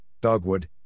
Dogwood